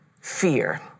fear